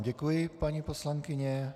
Děkuji vám, paní poslankyně.